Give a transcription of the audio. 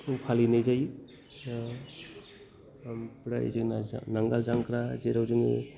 खौ फालिनाय जायो ओमफ्राय जोंना जा नांगोल जांख्रा जेराव जोङो